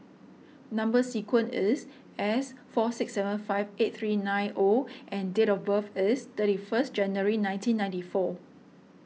Number Sequence is S four six seven five eight three nine O and date of birth is thirty first January nineteen ninety four